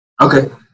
Okay